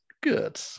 good